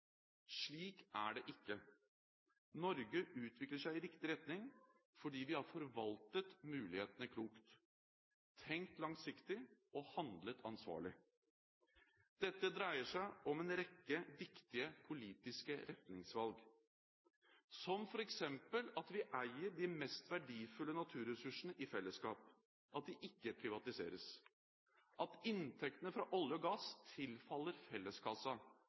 Slik er det ikke. Norge utvikler seg i riktig retning fordi vi har forvaltet mulighetene klokt, tenkt langsiktig og handlet ansvarlig. Dette dreier seg om en rekke viktige politiske retningsvalg, som f.eks. at vi eier de mest verdifulle naturressursene i fellesskap, at de ikke privatiseres, at inntektene fra olje og gass tilfaller felleskassa